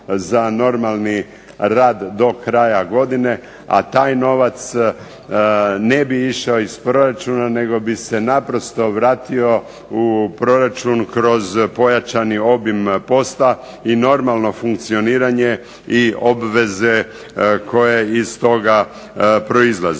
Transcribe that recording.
za normalni rad do kraja godine, a taj novac ne bi išao iz proračuna nego bi se naprosto vratio u proračun kroz pojačani obim posla i normalno funkcioniranje i obveze koje iz toga proizlaze.